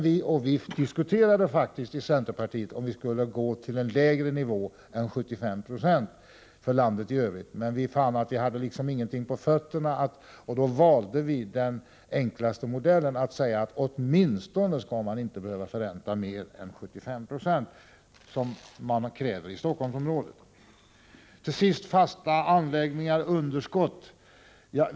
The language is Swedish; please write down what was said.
Vi diskuterade faktiskt i centerpartiet om vi skulle gå till en lägre nivå än 75 96 för landet i övrigt, men vi fann att vi liksom inte hade något på fötterna och då valde vi den enklaste modellen — man skall åtminstone inte behöva förränta mer än 75 96, vilket krävs i Stockholmsområdet. Till sist vill jag ta upp underskott i fasta anläggningar.